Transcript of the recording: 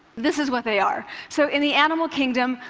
this is what they are. so in the animal kingdom,